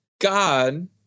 god